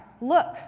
look